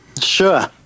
Sure